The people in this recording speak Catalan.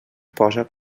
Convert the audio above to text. posa